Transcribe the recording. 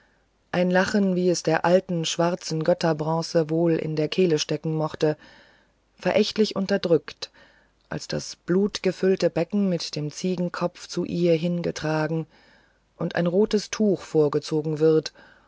ein lachen wie es der alten schwarzen götzenbronze wohl in der kehle stecken mochte verächtlich unterdrückt als das blutgefüllte becken mit dem ziegenkopf zu ihr hingetragen und ein rotes tuch vorgezogen wird